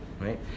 Right